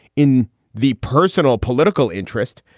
in the personal political interest.